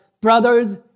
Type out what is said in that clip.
brothers